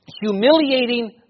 humiliating